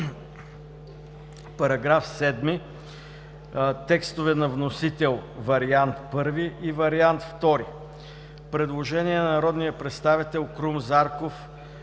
Параграф 7 – текстове на вносител, Вариант I и Вариант II. Предложение на народния представител Крум Зарков